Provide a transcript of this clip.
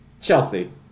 Chelsea